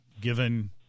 given